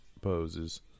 poses